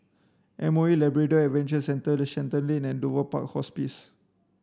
M O E Labrador Adventure Centre Shenton Lane and Dover Park Hospice